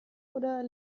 oder